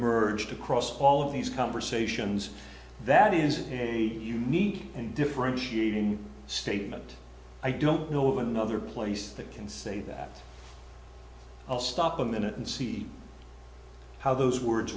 emerged across all of these conversations that is unique and differentiating statement i don't know another place that can say that i'll stop a minute and see how those words